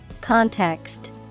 Context